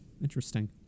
interesting